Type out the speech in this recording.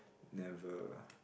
never